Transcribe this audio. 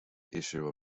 issue